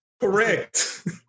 Correct